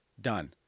done